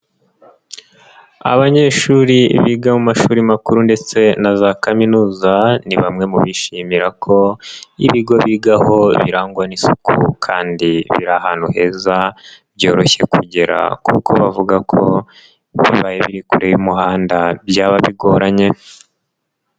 Abanyeshuri biga mu mashuri makuru ndetse na za kaminuza, ni bamwe mu bishimira ko ibigo bigaho birangwa n'isuku kandi biri ahantu heza, byoroshye kugera kuko bavuga ko bibaye biri kure y'umuhanda byaba bigoranye.